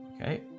Okay